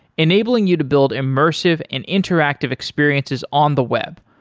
enabling you to build immersive and interactive experiences on the web,